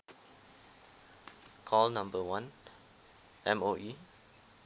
call number one M_O_E